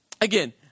again